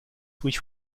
which